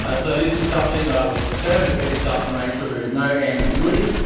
ah so this is something i was determined to fix up to make sure there is no ambiguity.